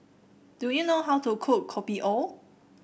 do you know how to cook Kopi O